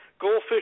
Goldfish